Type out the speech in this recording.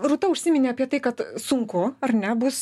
rūta užsiminė apie tai kad sunku ar ne bus